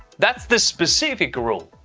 that's the specific rule.